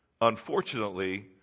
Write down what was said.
unfortunately